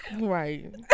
right